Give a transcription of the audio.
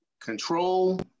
control